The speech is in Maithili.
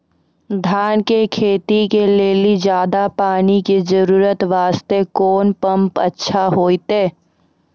धान के खेती के लेली ज्यादा पानी के जरूरत वास्ते कोंन पम्प अच्छा होइते?